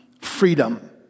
freedom